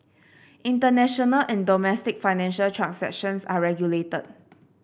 international and domestic financial transactions are regulated